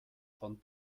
von